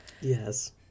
yes